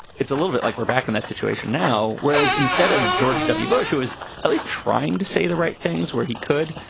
it's a little bit like we're back in that situation now. whereas instead of george w. bush, who is at least trying to say the right things where he could,